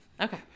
Okay